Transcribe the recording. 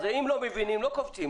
אז לא מבינים, לא קופצים.